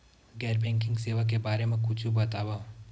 गैर बैंकिंग सेवा के बारे म कुछु बतावव?